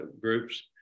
groups